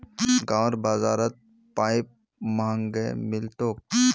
गांउर बाजारत पाईप महंगाये मिल तोक